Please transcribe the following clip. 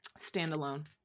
Standalone